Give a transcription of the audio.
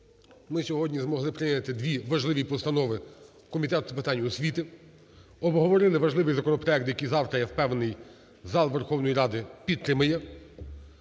ми сьогодні змогли прийняти дві важливі постанови Комітету з питань освіти. Обговорили важливий законопроект, який завтра, я впевнений, зал Верховної Ради підтримає.